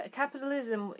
capitalism